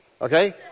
okay